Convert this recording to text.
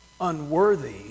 unworthy